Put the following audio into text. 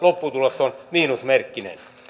lopputulos on miinusmerkkinen